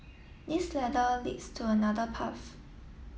this ladder leads to another path